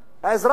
האזרח